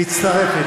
מצטרפת.